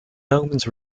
romans